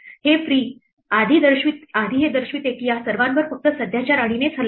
हे free आधी हे दर्शवते की या सर्वांवर फक्त सध्याच्या राणीनेच हल्ला केला